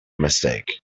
mistake